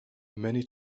many